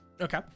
Okay